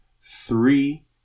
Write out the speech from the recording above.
three